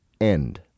end